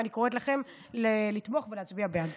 אני קוראת לכם לתמוך ולהצביע בעד.